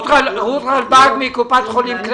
רות רלבג מקופת חולים.